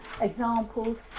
examples